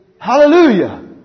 Hallelujah